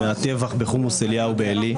הטבח בחומוס אליהו בעלי.